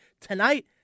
Tonight